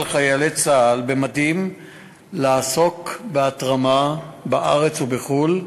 חיילי צה"ל במדים לעסוק בהתרמה בארץ ובחו"ל,